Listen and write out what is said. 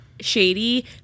shady